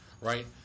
Right